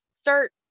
start